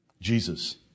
Jesus